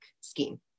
scheme